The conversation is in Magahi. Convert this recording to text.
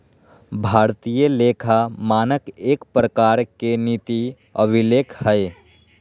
भारतीय लेखा मानक एक प्रकार के नीति अभिलेख हय